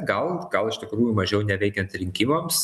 gal gal iš tikrųjų mažiau neveikiant rinkimams